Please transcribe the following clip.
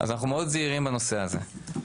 אנחנו מאוד זהירים בנושא הזה.